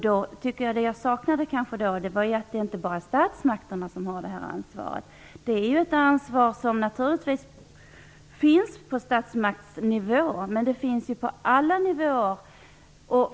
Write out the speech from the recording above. Det jag saknade var ett konstaterande om att det inte bara är statsmakterna som har det här ansvaret. Ansvaret finns naturligtvis på statsmaktsnivå, men det finns på alla nivåer.